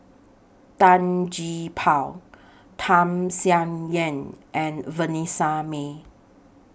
Tan Gee Paw Tham Sien Yen and Vanessa Mae